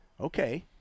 okay